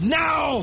now